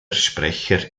sprecher